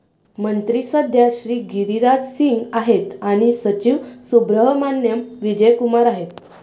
मंत्री सध्या श्री गिरिराज सिंग आहेत आणि सचिव सुब्रहमान्याम विजय कुमार आहेत